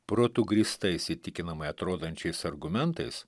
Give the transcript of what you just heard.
protu grįstais įtikinamai atrodančiais argumentais